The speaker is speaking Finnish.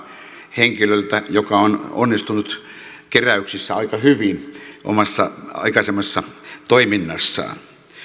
henkilöltä joka on onnistunut keräyksissä aika hyvin omassa aikaisemmassa toiminnassaan